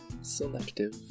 selective